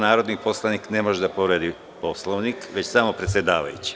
Narodni poslanik ne može da povredi Poslovnik, već samo predsedavajući.